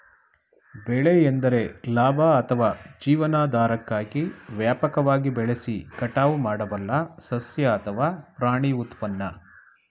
ಬೆಳೆ ಎಂದರೆ ಲಾಭ ಅಥವಾ ಜೀವನಾಧಾರಕ್ಕಾಗಿ ವ್ಯಾಪಕವಾಗಿ ಬೆಳೆಸಿ ಕಟಾವು ಮಾಡಬಲ್ಲ ಸಸ್ಯ ಅಥವಾ ಪ್ರಾಣಿ ಉತ್ಪನ್ನ